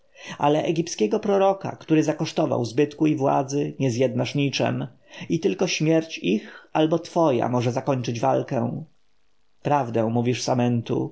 ale egipskiego proroka który zakosztował zbytku i władzy nie zjednasz niczem i tylko śmierć ich albo twoja może zakończyć walkę prawdę mówisz samentu